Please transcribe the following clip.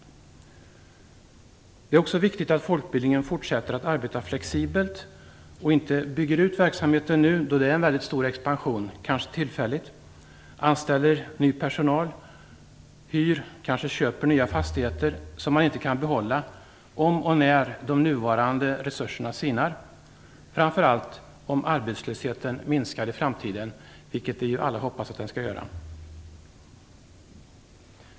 Det är också viktigt att folkbildningen fortsätter att arbeta flexibelt. Man skall inte bygga ut verksamheten nu då expansionen är mycket stor - kanske tillfälligt -, anställa ny personal och hyra eller kanske köpa nya fastigheter som man inte kan behålla om och när de nuvarande resurserna sinar. Det gäller framför allt om arbetslösheten minskar i framtiden, vilket vi alla hoppas att den skall göra.